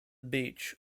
beach